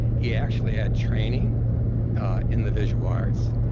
he actually had training in the visual arts,